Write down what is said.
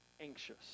anxious